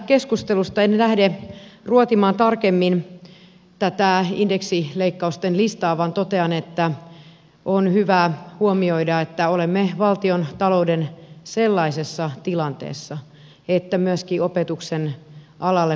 en lähde ruotimaan tarkemmin tätä indeksileikkausten listaa vaan totean että on hyvä huomioida että olemme valtiontalouden sellaisessa tilanteessa että myöskin opetuksen alalle kohdistuu säästöjä